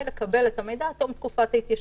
לקבל את המידע עד תום תקופת ההתיישנות.